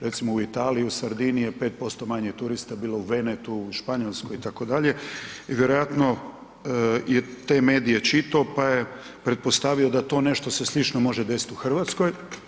Recimo u Italiji u Sardiniji je 5% manje turista bilo u … u Španjolskoj itd. i vjerojatno je te medije čitao pa je pretpostavio da to nešto se slično može desiti u Hrvatskoj.